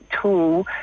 tool